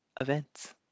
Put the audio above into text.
events